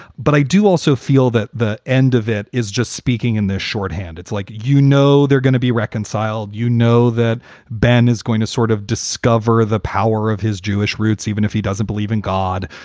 but i do also feel that the end of it is just speaking in this shorthand. it's like, you know, they're going to be reconciled. you know, that ben is going to sort of discover the power of his jewish roots, even if he doesn't believe in god.